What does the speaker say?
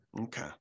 okay